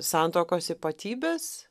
santuokos ypatybes